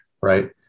right